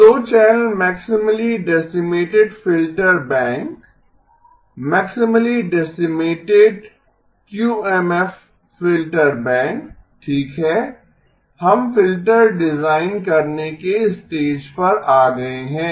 तो 2 channel maximally decimated filter bank maximally decimated QMF filter bank ठीक है हम फिल्टर डिजाइन करने के स्टेज पर आ गए हैं